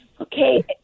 Okay